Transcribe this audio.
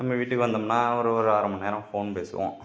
அங்கே வீட்டுக்கு வந்தோம்னா ஒரு ஒரு அரைமணி நேரம் ஃபோன் பேசுவோம்